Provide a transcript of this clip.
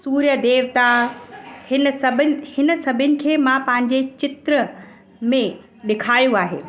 सूर्य देवता हिन सभिनि हिन सभिनि खे मां पंहिंजे चित्र में ॾेखायो आहे